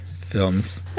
films